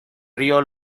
río